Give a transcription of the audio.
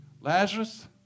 Lazarus